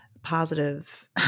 positive